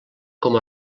com